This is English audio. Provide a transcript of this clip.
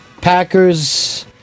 Packers